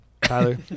Tyler